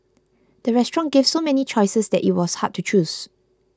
the restaurant gave so many choices that it was hard to choose